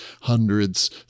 hundreds